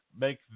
make